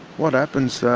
what happens,